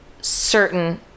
certain